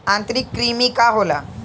आंतरिक कृमि का होला?